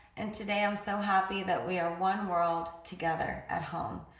and today i'm so happy that we are one world together at home.